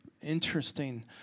interesting